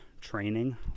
Training